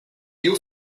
diu